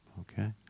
okay